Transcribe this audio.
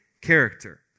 character